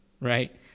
right